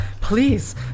please